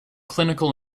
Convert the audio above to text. clinical